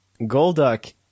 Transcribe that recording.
Golduck